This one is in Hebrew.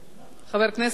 חבר הכנסת אלקין?